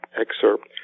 excerpt